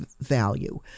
value